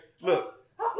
look